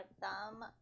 thumb